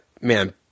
man